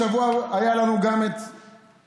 השבוע היה לנו גם את הנחל,